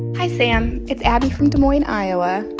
hi, sam. it's abby from des moines, iowa.